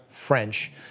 French